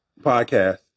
podcast